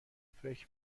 فکر